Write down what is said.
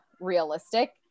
realistic